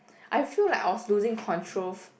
I feel like I was losing control f~